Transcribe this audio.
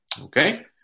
Okay